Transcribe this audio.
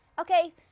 Okay